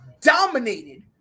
dominated